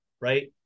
right